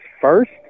first